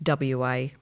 WA